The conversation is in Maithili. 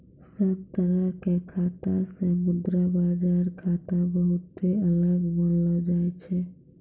सब तरह के खाता से मुद्रा बाजार खाता बहुते अलग मानलो जाय छै